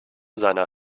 seiner